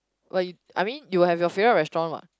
what you I mean you will have your favorite restaurant what